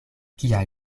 kia